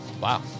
Wow